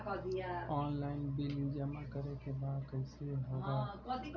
Online bill जमा करे के बा कईसे होगा?